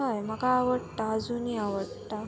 हय म्हाका आवडटा आजुनी आवडटा